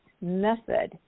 method